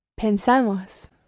Pensamos